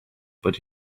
but